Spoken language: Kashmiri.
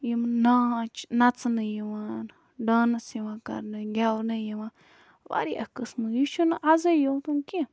یِم ناچ نَژنہٕ یِوان ڈانٕس یِوان کَرنہٕ گٮ۪ونہٕ یِوان واریاہ قٕسمٕکۍ یہِ چھُنہٕ اَزَے یوت یِم کیٚنٛہہ